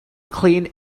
clean